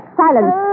silence